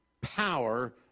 power